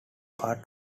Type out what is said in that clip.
part